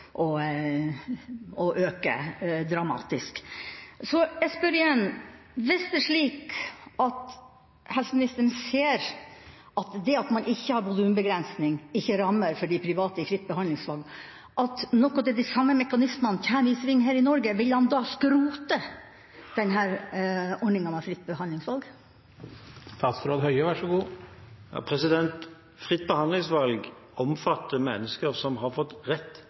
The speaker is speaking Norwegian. øke dramatisk. Så jeg spør igjen: Hvis det er slik at helseministeren ser at det at man ikke har volumbegrensning og ikke rammer for de private i fritt behandlingsvalg, og at noen av de samme mekanismene kommer i sving her i Norge, vil han da skrote denne ordninga med fritt behandlingsvalg? Fritt behandlingsvalg omfatter mennesker som har fått rett